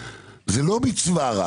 זה לא מצווה רק,